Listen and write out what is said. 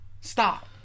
Stop